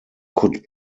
could